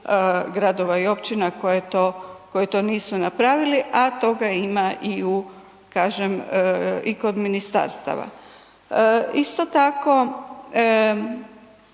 gradova i općina koje to nisu napravili, a toga ima i u kažem i kod ministarstava. Isto tako